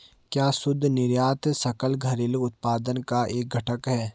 क्या शुद्ध निर्यात सकल घरेलू उत्पाद का एक घटक है?